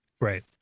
Right